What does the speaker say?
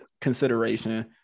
consideration